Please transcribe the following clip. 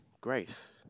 grace